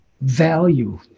value